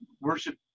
worship